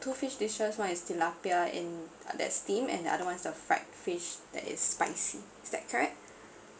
two fish dishes [one] is tilapia and that's steamed and the other one is the fried fish that is spicy is that correct